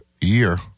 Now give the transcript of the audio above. year